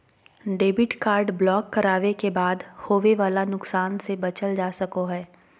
debit card block करावे के बाद होवे वाला नुकसान से बचल जा सको हय